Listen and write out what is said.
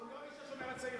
הוא לא איש "השומר הצעיר",